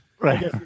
Right